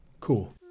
Cool